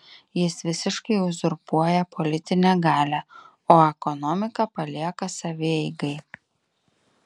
jis visiškai uzurpuoja politinę galią o ekonomiką palieka savieigai